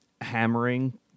hammering